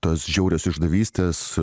tos žiaurios išdavystės